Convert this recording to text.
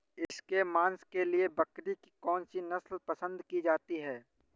इसके मांस के लिए बकरी की कौन सी नस्ल पसंद की जाती है?